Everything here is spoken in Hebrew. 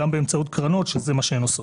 גם באמצעות קרנות שזה מה שהן עושות.